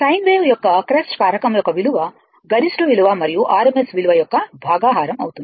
sign wave యొక్క crest కారకం యొక్క విలువ గరిష్ట విలువ మరియు RMS విలువ యొక్క భాగహారం అవుతుంది